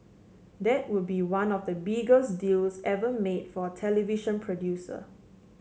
that would be one of the biggest deals ever made for a television producer